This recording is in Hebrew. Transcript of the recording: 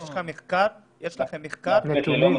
האם יש לכם מחקר או עובדות?